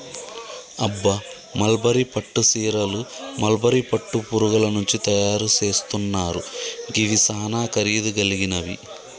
అబ్బ మల్బరీ పట్టు సీరలు మల్బరీ పట్టు పురుగుల నుంచి తయరు సేస్తున్నారు గివి సానా ఖరీదు గలిగినవి